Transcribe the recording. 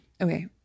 Okay